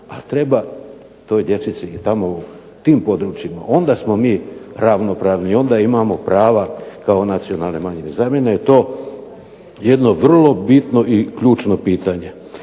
ali treba toj dječici i tamo u tim područjima, onda smo mi ravnopravni, onda imamo prava kao nacionalne manjine. Za mene je to jedno vrlo bitno i ključno pitanje.